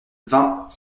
vingt